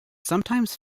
sometimes